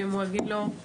ואם הוא יגיד לו שהוא